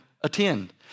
attend